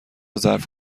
ظرف